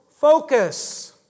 focus